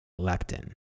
leptin